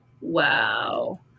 Wow